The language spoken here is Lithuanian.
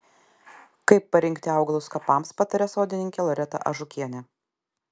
kaip parinkti augalus kapams pataria sodininkė loreta ažukienė